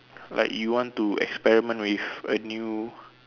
like you want to experiment with a new